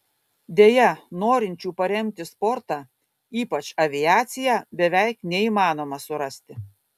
deja norinčių paremti sportą ypač aviaciją beveik neįmanoma surasti